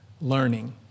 learning